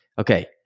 okay